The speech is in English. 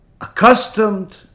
accustomed